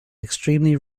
extremely